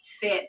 fit